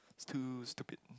too stupid